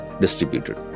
distributed